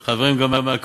וגם חברים מהקואליציה,